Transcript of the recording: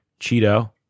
Cheeto